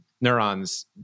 neurons